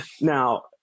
Now